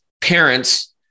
parents